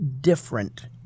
different